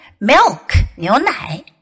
Milk,牛奶